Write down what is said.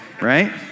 Right